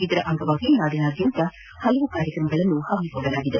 ಇದರ ಅಂಗವಾಗಿ ನಾಡಿನಾದ್ಯಂತ ವಿವಿಧ ಕಾರ್ಯಕ್ರಮಗಳನ್ನು ಹಮ್ಮಿಕೊಳ್ಳಲಾಗಿದೆ